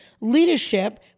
leadership